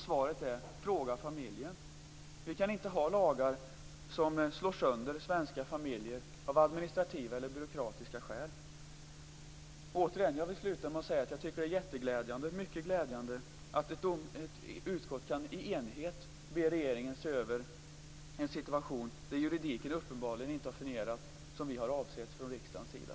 Svaret är: Fråga familjen! Vi kan inte ha lagar som slår sönder svenska familjer av administrativa eller byråkratiska skäl. Jag vill sluta med att återigen säga att jag tycker att det är mycket glädjande att ett utskott i enighet kan be regeringen se över en situation där juridiken uppenbarligen inte har fungerat som vi har avsett från riksdagens sida.